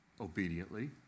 Obediently